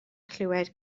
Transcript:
chlywed